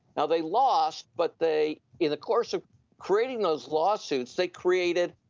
now, they lost, but they, in the course of creating those lawsuits, they created